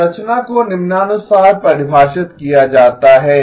संरचना को निम्नानुसार परिभाषित किया जाता है